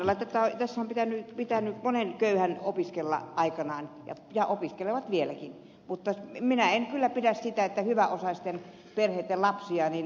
lainalla tässä on pitänyt monen köyhän opiskella aikanaan ja opiskelevat vieläkin mutta minä en kyllä pidä siitä että hyväosaisten perheitten lapsia tuetaan koko ajan